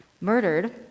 murdered